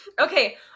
okay